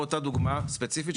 באותה דוגמא ספציפית שדיברנו עליה.